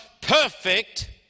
perfect